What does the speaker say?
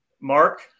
Mark